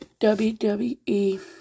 WWE